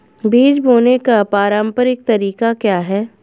बीज बोने का पारंपरिक तरीका क्या है?